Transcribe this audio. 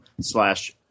slash